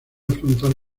afrontar